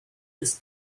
this